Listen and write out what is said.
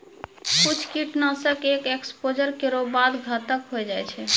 कुछ कीट नाशक एक एक्सपोज़र केरो बाद घातक होय जाय छै